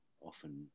often